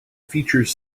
features